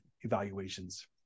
evaluations